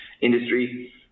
industry